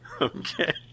Okay